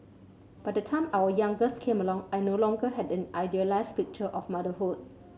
by the time our youngest came along I no longer had an idealised picture of motherhood